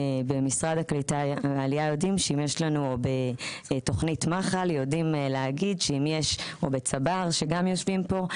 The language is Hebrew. במשרד העלייה יודעים שאם יש לנו תוכנית מח"ל או בצבר שגם יושבים פה,